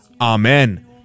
Amen